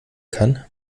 kann